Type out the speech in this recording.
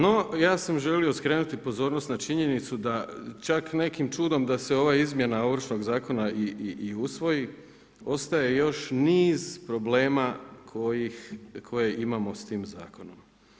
No ja sam želio skrenuti pozornost na činjenicu da čak nekim čudom da se ova izmjena Ovršnog zakona i usvoji ostaje još niz problema koje imamo s tim zakonom.